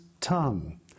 tongue